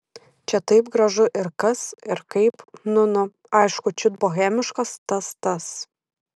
čia taip gražu ir kas ir kaip nu nu aišku čiut bohemiškos tas tas